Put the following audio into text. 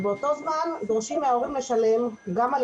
ובאותו זמן דורשים מההורים לשלם גם על